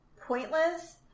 pointless